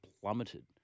plummeted